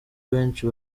benshi